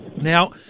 Now